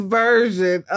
version